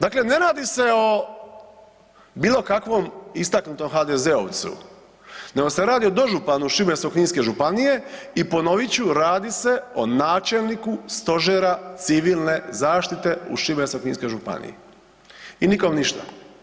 Dakle ne radi se o bilokakvom istaknutom HDZ-ovcu nego se radi o dožupanu Šibensko-kninske županije i ponovit ću, radi se o načelniku stožera civilne zaštite u Šibensko-kninskoj županiji i nikom ništa.